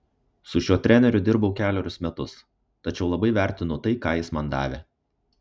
su šiuo treneriu dirbau kelerius metus tačiau labai vertinu tai ką jis man davė